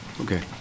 Okay